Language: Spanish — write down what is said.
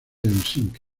helsinki